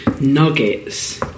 nuggets